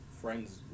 friends